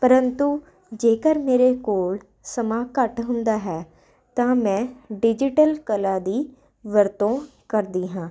ਪਰੰਤੂ ਜੇਕਰ ਮੇਰੇ ਕੋਲ ਸਮਾਂ ਘੱਟ ਹੁੰਦਾ ਹੈ ਤਾਂ ਮੈਂ ਡਿਜੀਟਲ ਕਲਾ ਦੀ ਵਰਤੋਂ ਕਰਦੀ ਹਾਂ